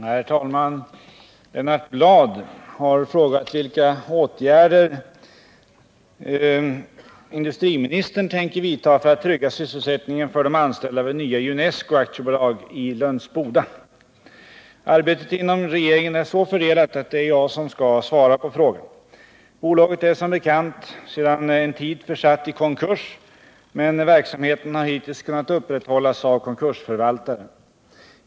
Herr talman! Lennart Bladh har frågat vilka åtgärder industriministern tänker vidta för att trygga sysselsättningen för de anställda vid Nya Junesco AB i Lönsboda. Arbetet inom regeringen är så fördelat att det är jag som skall svara på frågan. Bolaget är som bekant sedan en tid tillbaka försatt i konkurs, men verksamheten har hittills kunnat upprätthållas av konkursförvaltaren.